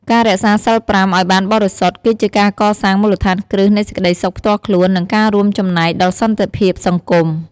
ការរក្សាសីល ៥ ឲ្យបានបរិសុទ្ធ គឺជាការកសាងមូលដ្ឋានគ្រឹះនៃសេចក្តីសុខផ្ទាល់ខ្លួន និងការរួមចំណែកដល់សន្តិភាពសង្គម។